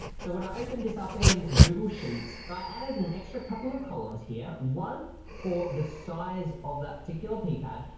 so when i opened this up in google sheets i added an extra couple of columns here, one for the size of that particular pee pad,